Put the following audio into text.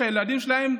שהילדים שלהם,